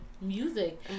music